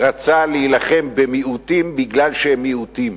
רצה להילחם במיעוטים מפני שהם מיעוטים.